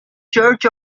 church